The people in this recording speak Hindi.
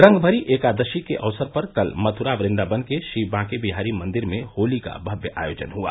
रंगमरी एकादशी के अवसर पर कल मथ्रा वेदावन के श्री बांकेबिहारी मंदिर में होली का भव्य आयोजन हुआ